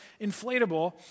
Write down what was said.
inflatable